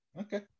Okay